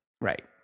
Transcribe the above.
Right